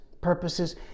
purposes